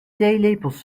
theelepels